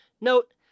Note